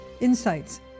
insights